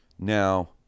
Now